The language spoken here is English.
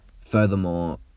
Furthermore